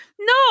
No